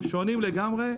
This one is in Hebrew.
שונים לגמרי.